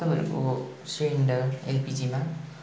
तपाईँहरूको सिलिन्डर एलपिजीमा